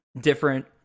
different